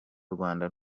rwanda